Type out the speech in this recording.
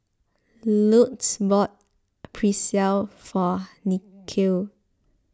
Luz bought Pretzel for Nikhil